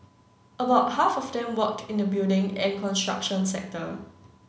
about half of them worked in the building and construction sector